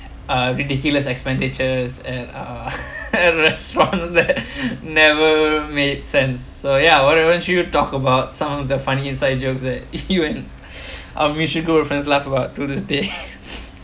uh ridiculous expenditures at uh restaurants that never made sense so ya whatever we would talk about some of the funny inside jokes that if you in our mutual group of friends laugh about to this day